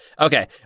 Okay